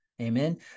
Amen